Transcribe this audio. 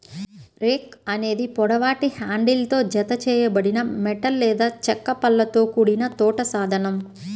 rake అనేది పొడవాటి హ్యాండిల్తో జతచేయబడిన మెటల్ లేదా చెక్క పళ్ళతో కూడిన తోట సాధనం